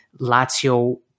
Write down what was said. Lazio